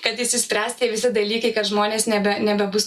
kad išsispręs tie visi dalykai kad žmonės nebe nebebus